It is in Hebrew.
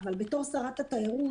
אבל בתור שרת התיירות,